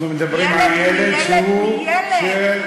ילד הוא ילד.